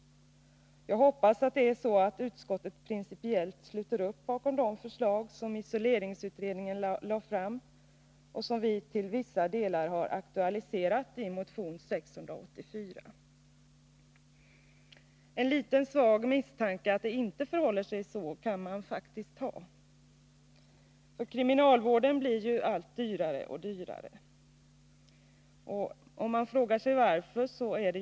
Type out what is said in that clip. Jag hoppas att utskottet principiellt sluter upp bakom de förslag som isoleringsutredningen lade fram och som vi till vissa delar har aktualiserat i motion 684. En svag misstanke att det inte förhåller sig så kan man faktiskt ha. Kriminalvården blir ju allt dyrare. Man kan fråga sig varför.